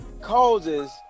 causes